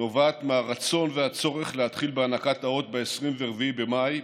נובעת מהרצון והצורך להתחיל בהענקת האות ב-24 במאי,